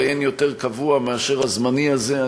הרי אין יותר קבוע מאשר הזמני הזה.